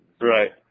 Right